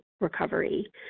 recovery